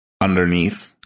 underneath